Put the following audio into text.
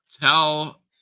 tell